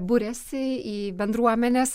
buriasi į bendruomenes